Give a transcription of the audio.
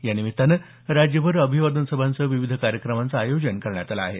या निमित्तानं राज्यभर अभिवादन सभांसह विविध कार्यक्रमांचं आयोजन करण्यात आलं आहे